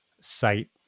site